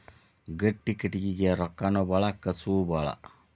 ಗಟ್ಟಿ ಕಟಗಿಗೆ ರೊಕ್ಕಾನು ಬಾಳ ಕಸುವು ಬಾಳ